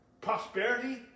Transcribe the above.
Prosperity